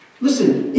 Listen